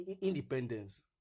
independence